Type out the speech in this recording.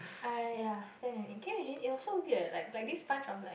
I ya stand and eat can you imaging it was so weird like like this bunch of like